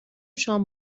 شام